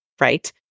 right